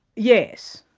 yes.